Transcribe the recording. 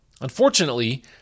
Unfortunately